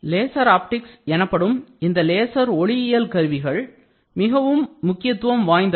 laser optics எனப்படும் இந்த laser ஒளியியல் கருவிகள் மிகவும் முக்கியத்துவம் வாய்ந்தவை